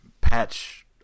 patch